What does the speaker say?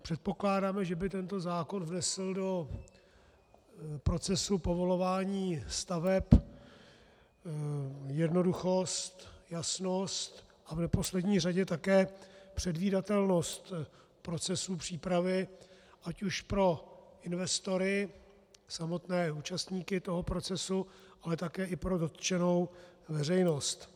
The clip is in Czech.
Předpokládáme, že by tento zákon vnesl do procesu povolování staveb jednoduchost, jasnost a v neposlední řadě také předvídatelnost procesu přípravy ať už pro investory, samotné účastníky toho procesu, ale také pro dotčenou veřejnost.